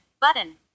button